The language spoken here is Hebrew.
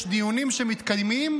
יש דיונים שמתקיימים,